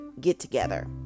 get-together